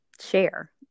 share